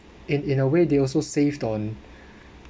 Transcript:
in in a way they also saved on